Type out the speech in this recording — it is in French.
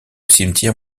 cimetière